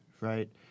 Right